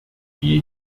die